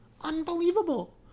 Unbelievable